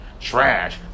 trash